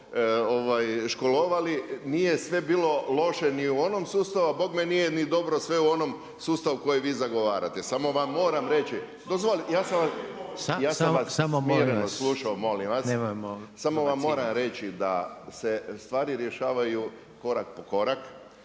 školovali, nije sve bilo loše ni u onom sustavu, a bome nije dobro sve u onom sustavu koje vi zagovarate, samo vam moram reći … /Govornici govore istovremeno, ne razumije se./… samo vam moram reći da se stvari rješavaju korak po korak.